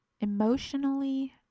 emotionally